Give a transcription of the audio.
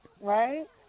Right